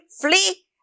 flee